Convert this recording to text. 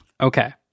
okay